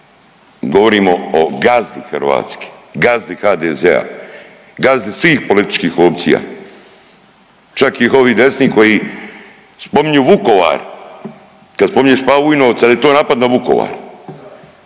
Govorimo o gazdi hrvatski, gazdi HDZ-a, gazdi svih političkih opcija. Čak i ovi desni koji spominju Vukovar, kad spominješ Pavu Vujnovca da je to napad na Vukovar.